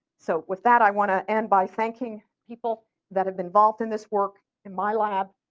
so with that i want to end by thanking people that have been involved in this work in my lab.